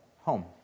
home